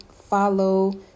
follow